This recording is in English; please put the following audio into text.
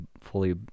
fully